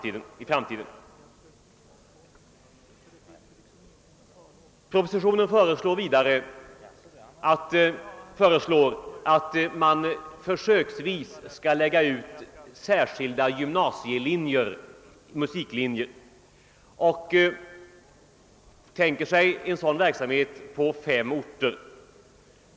I propositionen föreslås att man försöksvis skall lägga ut särskilda musiklinjer på gymnasierna på fem orter.